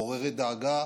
מעוררי דאגה,